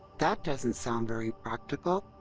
that doesn't sound very practical.